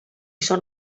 són